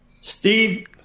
Steve